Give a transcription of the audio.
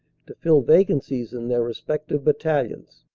to fill vacancies in their respective battalions.